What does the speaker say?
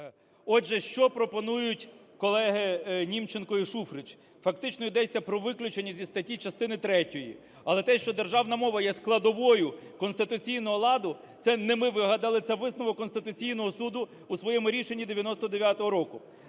Отже, що пропонують колеги Німченко і Шуфрич. Фактично, йдеться про виключення зі статті частини третьої. Але те, що державна мова є складовою конституційного ладу, це не ми вигадали, це висновок Конституційного Суду у своєму рішенні 99-го року.